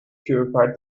purified